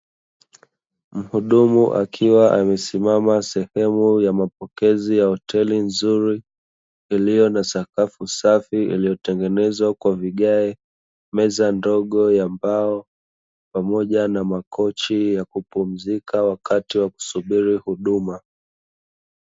Mhudumu akiwa amesimama sehemu ya mapokezi ya hoteli nzuri iliyo na sakafu safi iliyotengenezwa kwa vigae, meza ndogo ya mbao pamoja na makochi ya kupumzika wakati wa kusubiri huduma.